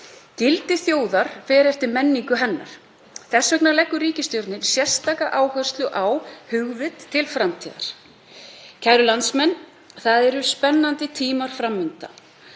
Gildi þjóðar fer eftir menningu hennar. Þess vegna leggur ríkisstjórnin sérstaka áherslu á hugvit til framtíðar. Kæru landsmenn. Það eru spennandi tímar fram undan